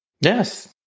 Yes